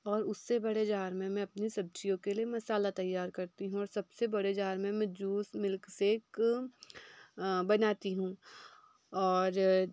और उससे बड़े जार में मैं अपनी सब्ज़ियों के लिए मसाला तैयार करती हूँ और सब से बड़े जार में मैं जूस मिल्कसेक बनाती हूँ और